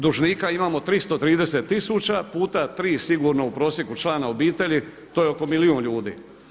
Dužnika imamo 330 tisuća puta tri sigurno u prosijeku člana obitelji, to je oko milijun ljudi.